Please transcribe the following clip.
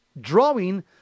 drawing